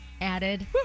added